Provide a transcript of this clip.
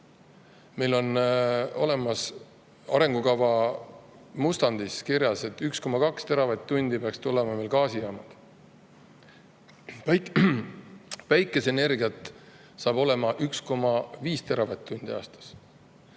Meil on arengukava mustandis kirjas, et 1,2 teravatt-tundi peaks tulema gaasijaamadest. Päikeseenergiat saab olema 1,5 teravatt-tundi aastas.